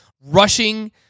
rushing